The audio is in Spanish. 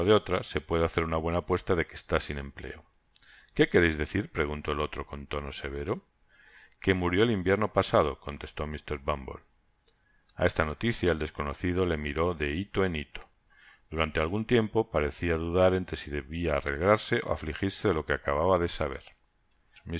otra se puede hacer una buena apuesta de que está sin empleo qué queréis decir preguntó el olro con tono severo que murió el invierno pasado contestó mr bumble a esta noticia él desconocido le miró de hito cri hito durante algun tiempo parecia dudar entre si debia alegrarse ó afligirse de lo qiié acababa de saber